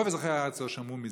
רוב אזרחי הארץ לא שמעו מזה.